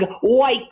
white